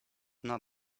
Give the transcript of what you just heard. not